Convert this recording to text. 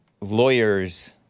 lawyers